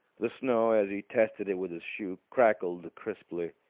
the snow, as he tested it with his shoe, crackled crisply.